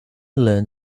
learn